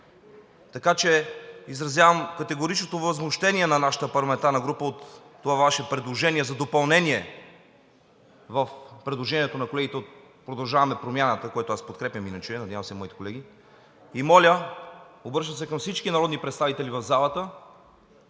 Така че изразявам категоричното възмущение на нашата парламентарна група от това Ваше предложение за допълнение в предложението на колегите от „Продължаваме Промяната“, което аз подкрепям иначе, надявам се и моите колеги. Моля, обръщам се към всички народни представители в залата,